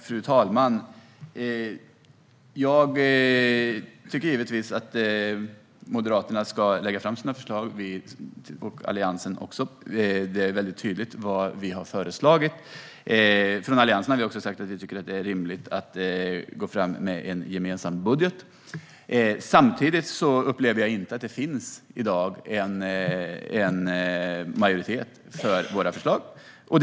Fru talman! Jag tycker givetvis att Moderaterna ska lägga fram sina förslag och också Alliansen. Det är väldigt tydligt vad vi har föreslagit. Från Alliansen har vi också sagt att vi tycker att det är rimligt att gå fram med en gemensam budget. Samtidigt upplever jag inte att det finns en majoritet för våra förslag i dag.